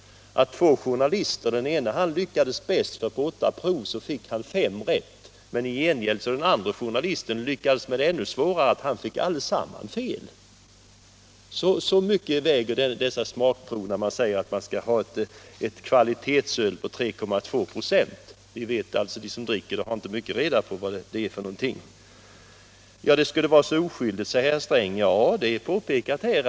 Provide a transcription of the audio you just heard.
Och av två journalister som deltog i smakprovningen lyckades den bäst som på åtta prov hade fem rätt, men i gengäld lyckades den andre journalisten med det ännu svårare konststycket att ha alla fel. Man säger att vi skall ha ett kvalitetsöl på 3,2 26, men de som dricker ölet har alltså inte mycket reda på vad det är för något som de dricker. Det 3,2-procentiga ölet är så oskyldigt enligt herr Sträng.